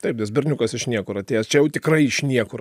taip nes berniukas iš niekur atėjęs čia jau tikrai iš niekur